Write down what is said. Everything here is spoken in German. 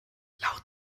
laut